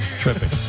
tripping